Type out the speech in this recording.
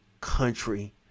country